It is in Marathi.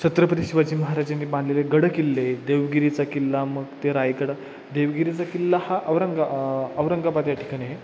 छत्रपती शिवाजी महाराजांनी बांधलेले गड किल्ले देवगिरीचा किल्ला मग ते रायगड देवगिरीचा किल्ला हा औरंगा औरंगाबाद या ठिकाण आहे